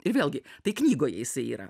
ir vėlgi tai knygoje jisai yra